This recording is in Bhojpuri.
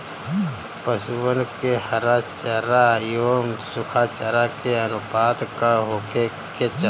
पशुअन के हरा चरा एंव सुखा चारा के अनुपात का होखे के चाही?